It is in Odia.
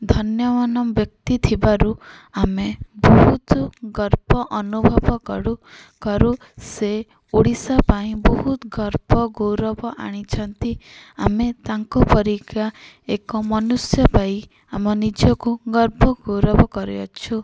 ଧନ୍ୟମାନ ବ୍ୟକ୍ତି ଥିବାରୁ ଆମେ ବହୁତ ଗର୍ବ ଅନୁଭବ କରୁ କରୁ ସେ ଓଡ଼ିଶା ପାଇଁ ବହୁତ ଗର୍ବ ଗୌରବ ଆଣିଛନ୍ତି ଆମେ ତାଙ୍କ ପରିକା ଏକ ମନୁଷ୍ୟ ପାଇ ଆମ ନିଜକୁ ଗର୍ବ ଗୌରବ କରିଅଛୁ